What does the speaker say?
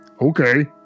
Okay